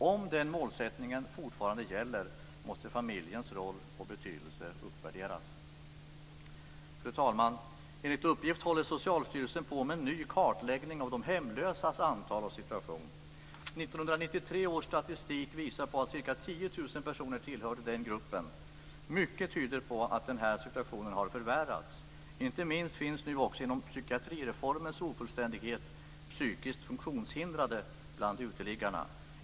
Om den målsättningen fortfarande gäller måste familjens roll och betydelse uppvärderas. Fru talman! Enligt uppgift håller Socialstyrelsen på med en ny kartläggning av de hemlösas antal och situation. 1993 års statistik visade på att ca 10 000 personer tillhörde den gruppen. Mycket tyder på att den här situationen har förvärrats. Inte minst finns nu också genom psykiatrireformens ofullständighet psykiskt funktionshindrade bland uteliggarna.